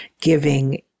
giving